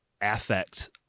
affect